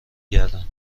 گردن